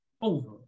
over